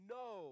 no